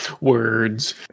Words